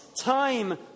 time